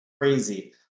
crazy